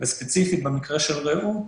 ספציפית, במקרה של "רעות",